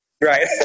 Right